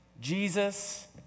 Jesus